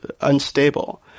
unstable